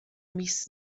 mis